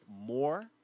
more